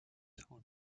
hoe